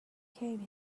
came